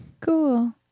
Cool